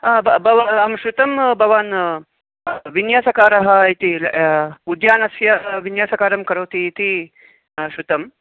ब अहं श्रुतं भवान् विन्यासकारः इति उद्यानस्य विन्यासकारं करोति इति श्रुतम्